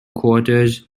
quarters